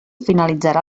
finalitzarà